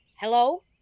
Hello